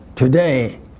Today